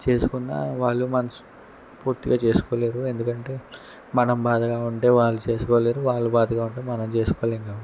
చేసుకున్నా వాళ్ళు మనస్పూర్తిగా చేసుకోలేరు ఎందుకంటే మనం బాధగా ఉంటే వాళ్ళు చేసుకోలేరు వాళ్ళు బాధగా ఉంటే మనం చేసుకోలేం కాబ